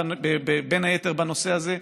בין היתר בנושא הזה,